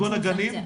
בשלב הזה לפחות,